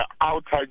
outside